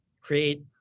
create